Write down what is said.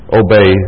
obey